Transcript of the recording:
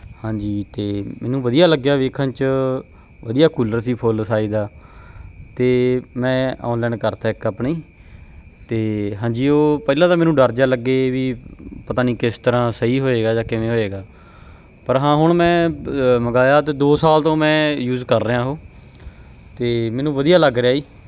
ਹਾਂਜੀ ਅਤੇ ਮੈਨੂੰ ਵਧੀਆ ਲੱਗਿਆ ਵੇਖਣ 'ਚ ਵਧੀਆ ਕੂਲਰ ਸੀ ਫੁੱਲ ਸਾਈਜ਼ ਦਾ ਅਤੇ ਮੈਂ ਔਨਲਾਈਨ ਕਰਤਾ ਇੱਕ ਆਪਣੀ ਅਤੇ ਹਾਂਜੀ ਉਹ ਪਹਿਲਾਂ ਤਾਂ ਮੈਨੂੰ ਡਰ ਜਿਹਾ ਲੱਗੇ ਵੀ ਪਤਾ ਨਹੀਂ ਕਿਸ ਤਰ੍ਹਾਂ ਸਹੀ ਹੋਏਗਾ ਜਾਂ ਕਿਵੇਂ ਹੋਏਗਾ ਪਰ ਹਾਂ ਹੁਣ ਮੈਂ ਮੰਗਵਾਇਆ ਅਤੇ ਦੋ ਸਾਲ ਤੋਂ ਮੈਂ ਯੂਜ ਕਰ ਰਿਹਾ ਉਹ ਅਤੇ ਮੈਨੂੰ ਵਧੀਆ ਲੱਗ ਰਿਹਾ ਜੀ